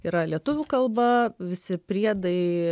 yra lietuvių kalba visi priedai